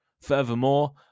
Furthermore